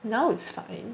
now it's fine